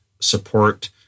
support